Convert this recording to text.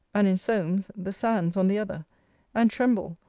and in solmes, the sands on the other and tremble,